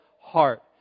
heart